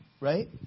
right